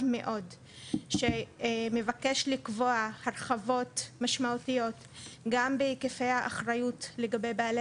מאוד שמבקש לקבוע הרחבות משמעותיות גם בהיקפי האחריות לגבי בעלי